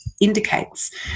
indicates